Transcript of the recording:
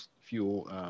fuel